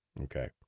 Okay